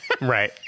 right